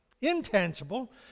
intangible